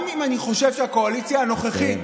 גם אם אני חושב שהקואליציה הנוכחית,